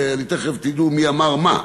תכף תדעו מי אמר מה.